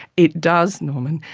it does norman,